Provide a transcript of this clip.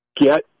Get